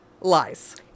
lies